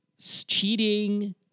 cheating